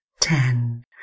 ten